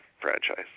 franchise